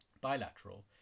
bilateral